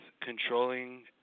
controlling